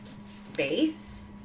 space